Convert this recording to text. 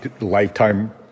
lifetime